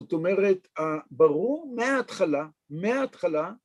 ‫זאת אומרת, ברור מההתחלה, מההתחלה,